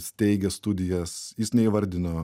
steigia studijas jis neįvardino